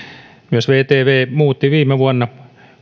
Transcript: myös vtv muutti viime vuonna